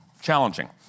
challenging